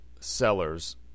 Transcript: sellers